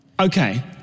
Okay